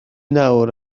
nawr